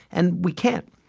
and we can't.